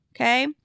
Okay